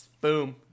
Boom